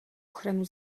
ochranu